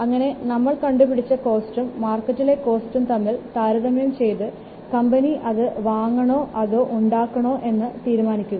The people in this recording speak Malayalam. അങ്ങനെ നമ്മൾ കണ്ടുപിടിച്ച കോസ്റ്റും മാർക്കറ്റിലെ കോസ്റ്റും തമ്മിൽ താരതമ്യം ചെയ്തു കമ്പനി അത് വാങ്ങണമോ അതോ ഉണ്ടാകണമെന്ന് തീരുമാനിക്കുക